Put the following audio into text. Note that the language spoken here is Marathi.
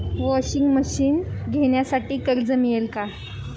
वॉशिंग मशीन घेण्यासाठी कर्ज मिळेल का?